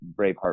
Braveheart